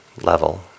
level